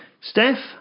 Steph